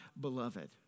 beloved